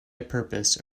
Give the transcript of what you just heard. purpose